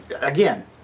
Again